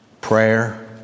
prayer